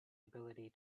ability